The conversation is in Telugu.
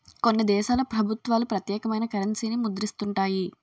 కొన్ని దేశాల ప్రభుత్వాలు ప్రత్యేకమైన కరెన్సీని ముద్రిస్తుంటాయి